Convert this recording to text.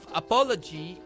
apology